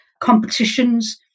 competitions